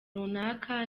runaka